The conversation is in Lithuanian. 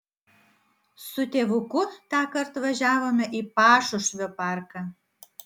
su tėvuku tąkart važiavome į pašušvio parką